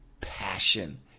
passion